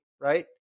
Right